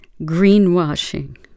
greenwashing